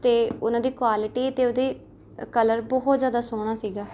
ਅਤੇ ਉਹਨਾਂ ਦੀ ਕੁਆਲਿਟੀ ਅਤੇ ਉਹਦੇ ਅ ਕਲਰ ਬਹੁਤ ਜ਼ਿਆਦਾ ਸੋਹਣਾ ਸੀਗਾ